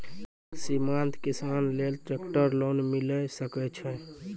सीमांत किसान लेल ट्रेक्टर लोन मिलै सकय छै?